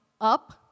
up